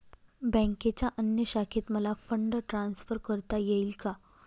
बँकेच्या अन्य शाखेत मला फंड ट्रान्सफर करता येईल का?